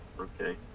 okay